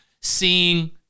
seeing